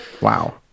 Wow